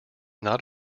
not